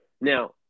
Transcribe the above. Now